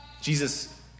Jesus